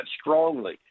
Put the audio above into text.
strongly